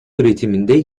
üretiminde